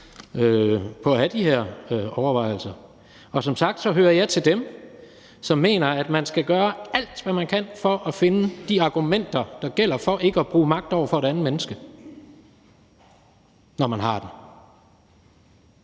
på at have de her overvejelser. Og som sagt hører jeg til dem, som mener, at man skal gøre alt, hvad man kan, for at finde de argumenter, der gælder, for ikke at bruge magt over for et andet menneske, når man har magten.